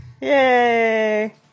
Yay